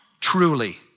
truly